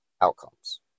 outcomes